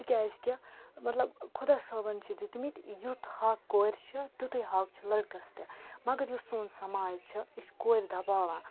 تِکیٛازِکہِ مطلب خۄدا صٲبَن چھِ دِتمٕتۍ یُتھ حق کورِ چھِ تِتُے حق چھِ لٔڑکَس تہِ مگر یُس سون سماج چھِ یہِ چھِ کورِ دَباوان